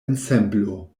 ensemblo